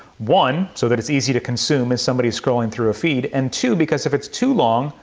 one so that it's easy to consume as somebody is scrolling through a feed, and two because if it's to long,